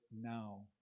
now